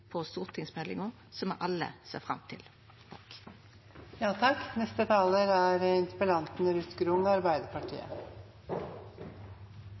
på stortingsmeldinga me alle ser fram til. Takk for vestlandsengasjementet for utfordringene som er